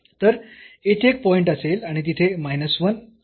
तर येथे एक पॉईंट असेल आणि तिथे आणि 2 असेल